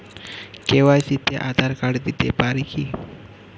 KYC তে Aadhaar card দিতে পারি কি?